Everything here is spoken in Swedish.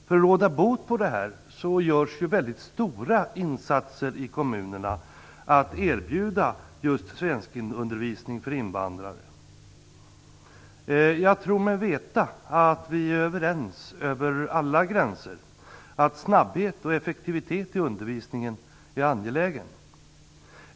För att råda bot på detta görs mycket stora insatser i kommunerna för att erbjuda svenskundervisning för invandrare. Jag tror mig veta att vi är överens över alla gränser om att snabbhet och effektivitet i undervisningen är angeläget.